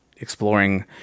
exploring